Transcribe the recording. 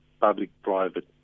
public-private